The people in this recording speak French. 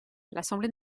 l’assemblée